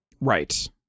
Right